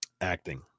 acting